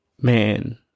Man